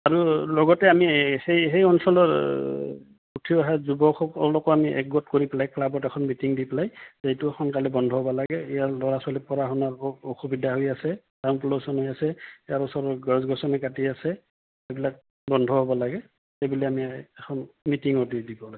আৰু লগতে আমি এই সেই সেই অঞ্চলৰ উঠি অহা যুৱকসকলকো আমি একগোট কৰি পেলাই ক্লাবত এখন মিটিং দি পেলাই যে এইটো সোনকালে বন্ধ হ'ব লাগে ইয়াৰ ল'ৰা ছোৱালী পঢ়া শুনাৰ অসুবিধা হৈ আছে চাউণ্ড পলিউশ্যন হৈ আছে ইয়াৰ ওচৰৰ গছ গছনি কাটি আছে সেইবিলাক বন্ধ হ'ব লাগে সেই বুলি আমি এখন মিটিঙো দি দিব লাগে